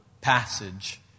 passage